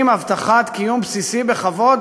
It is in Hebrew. עם הבטחת קיום בסיסי בכבוד,